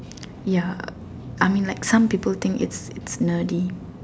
ya I mean like some people think it's nerdy